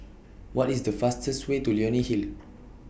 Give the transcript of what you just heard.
What IS The fastest Way to Leonie Hill